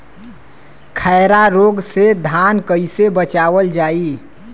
खैरा रोग से धान कईसे बचावल जाई?